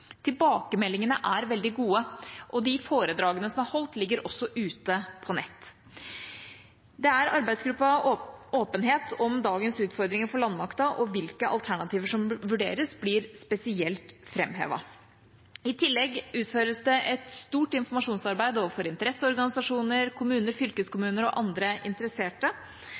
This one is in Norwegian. Tilbakemeldingene er veldig gode, og de foredragene som er holdt, ligger også ute på nett. Arbeidsgruppas åpenhet om dagens utfordringer for landmakten og hvilke alternativer som vurderes, blir spesielt framhevet. I tillegg utføres det et stort informasjonsarbeid overfor interesseorganisasjoner, kommuner, fylkeskommuner og andre interesserte,